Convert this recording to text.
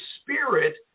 spirit